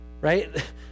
Right